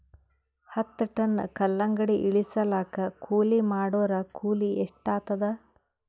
ಹತ್ತ ಟನ್ ಕಲ್ಲಂಗಡಿ ಇಳಿಸಲಾಕ ಕೂಲಿ ಮಾಡೊರ ಕೂಲಿ ಎಷ್ಟಾತಾದ?